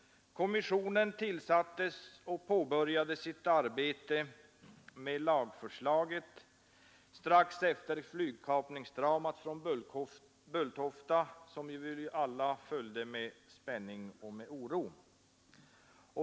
Kommissionen tillsattes och påbörjade sitt arbete med lagförslaget strax efter flygkapningsdramat från Bulltofta, som vi väl alla följde med spänning och oro.